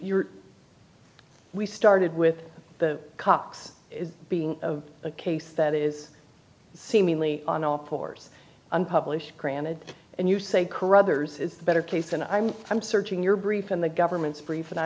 your we started with the cox being of a case that is seemingly on all pours unpublished granted and you say carruthers is a better case than i am i'm searching your brief in the government's brief and i